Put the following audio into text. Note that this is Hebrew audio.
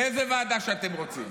לאיזה ועדה שאתם רוצים,